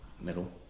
Middle